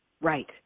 Right